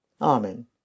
Amen